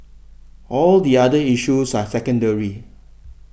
all the other issues are secondary